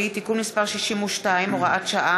(תיקוני חקיקה להשגת יעדי התקציב לשנות 2017 ו־2018),